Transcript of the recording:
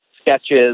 sketches